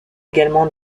également